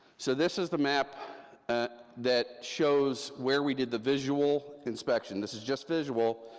so this is the map that shows where we did the visual inspection, this is just visual.